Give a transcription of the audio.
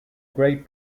great